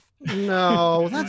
No